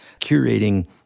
curating